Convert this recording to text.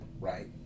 Right